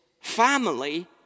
family